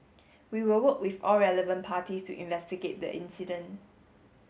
we will work with all relevant parties to investigate the incident